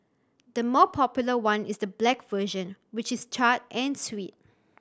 the more popular one is the black version which is charred and sweet